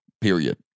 period